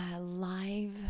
live